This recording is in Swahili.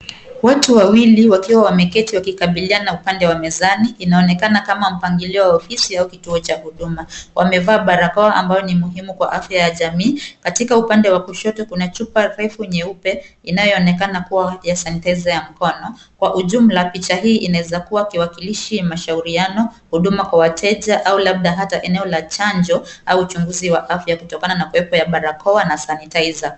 Watu wawili wakiwa wameketi, wakikabiliana upande wa mezani inaonekana kama mpangilio wa ofisi au kituo cha huduma. Wamevaa barakoa ambayo ni muhimu kwa afya ya jamii. Katika upande wa kushoto kuna chupa refu nyeupe inayoonekana kuwa ni sanitizer ya mkono. Kwa ujumla picha hizi inaweza kuwa, kiwakilishi mashauriano kwa wateja au hata hata eneo la chanjo au hata uchunguzi wa chanjo kutokana kuwepo na barakoa na sanitizer .